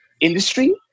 industry